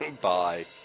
bye